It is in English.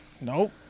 Nope